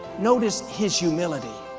notice his humility.